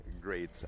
great